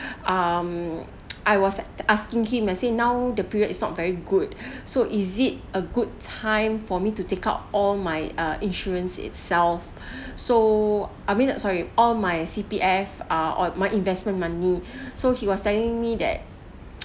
um I was asking him I say now the period is not very good so is it a good time for me to take out all my uh insurance itself so I mean that sorry all my C_P_F ah or my investment money so he was telling me that